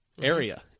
area